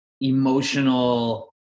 emotional